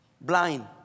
blind